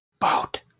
Boat